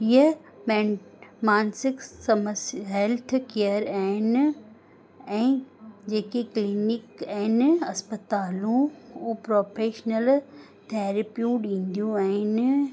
हीअ में मानसिक समस्या हेल्थ केयर आहिनि ऐं जेके क्लीनिक आहिनि अस्पतालूं हू प्रोफ़ेशनल थेरेपियूं ॾीदियूं आहिनि